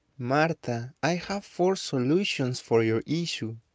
martha, i have four solutions for your issue